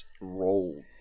roll